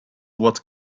what